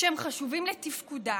שהם חשובים לתפקודה,